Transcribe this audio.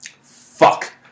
fuck